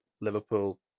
Liverpool